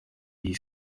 iyi